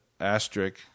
asterisk